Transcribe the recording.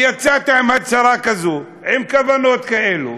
יצאת עם הצהרה כזו, עם כוונות כאלה,